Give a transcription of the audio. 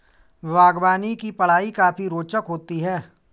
बागवानी की पढ़ाई काफी रोचक होती है